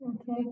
Okay